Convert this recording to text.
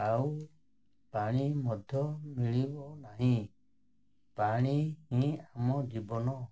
ଆଉ ପାଣି ମଧ୍ୟ ମିଳିବ ନାହିଁ ପାଣି ହିଁ ଆମ ଜୀବନ